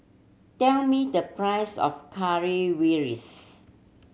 tell me the price of Currywurst